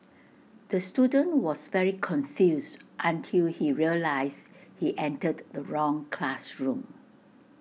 the student was very confused until he realised he entered the wrong classroom